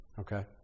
Okay